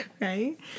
Right